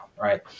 Right